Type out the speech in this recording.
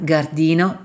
Gardino